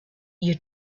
you